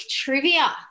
trivia